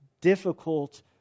difficult